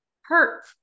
hurt